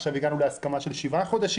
עכשיו הגענו להסכמה של 7 חודשים.